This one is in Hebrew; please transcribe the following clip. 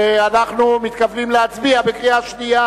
ואנחנו מתכוונים להצביע בקריאה שנייה,